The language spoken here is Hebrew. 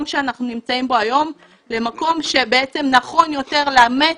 שאנחנו נמצאים בו היום למקום שנכון יותר לאמץ,